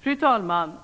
Fru talman!